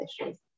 issues